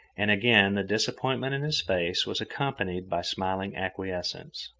and again the disappointment in his face was accompanied by smiling acquiescence,